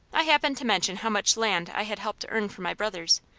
i happened to mention how much land i had helped earn for my brothers,